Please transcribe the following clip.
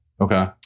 Okay